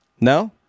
No